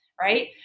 right